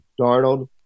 Darnold